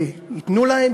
ייתנו להם,